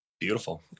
Beautiful